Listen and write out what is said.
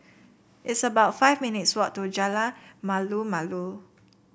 it's about five minutes' walk to Jalan Malu Malu